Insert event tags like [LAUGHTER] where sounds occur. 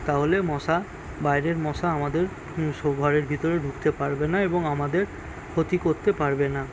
তাহলে মশা বাইরের মশা আমাদের [UNINTELLIGIBLE] ঘরের ভিতরে ঢুকতে পারবে না এবং আমাদের ক্ষতি করতে পারবে না